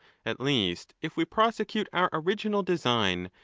at least, if we prosecute our original design,